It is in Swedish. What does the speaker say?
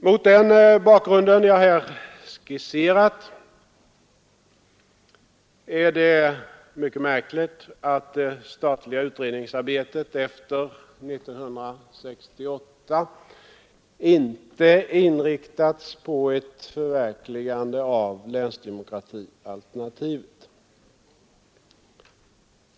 Mot den bakgrund jag här skisserat är det mycket märkligt att det statliga utredningsarbetet efter 1968 inte inriktats på ett förverkligande av länsdemokratialternativet.